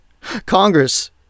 Congress